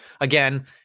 again